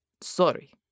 Sorry